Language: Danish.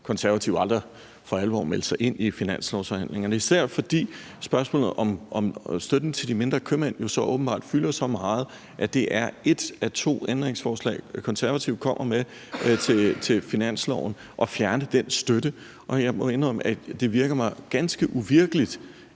Konservative aldrig for alvor har meldt sig ind i finanslovsforhandlingerne, især fordi spørgsmålet om støtten til de mindre købmænd jo åbenbart fylder så meget, at et af de to ændringsforslag, som Konservative kommer med til finansloven, er at fjerne den støtte. Og jeg må indrømme, at det virker ganske uvirkeligt